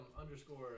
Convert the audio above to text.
underscore